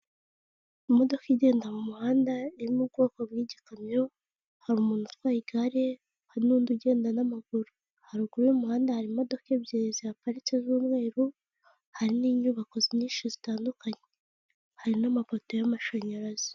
Imodoka igenda mu muhanda, iri mu bwoko bw'igikamyo, hari umuntu utwaye igare, hari n'undi ugenda n'amaguru, haruguru y'umuhanda hari imodoka ebyiri ziparitse z'umweru, hari n'inyubako nyinshi zitandukanye, hari n'amapoto y'amashanyarazi.